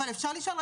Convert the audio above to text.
אפשר לשאול,